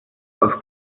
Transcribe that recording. aus